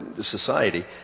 society